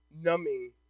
numbing